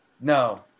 no